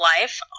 life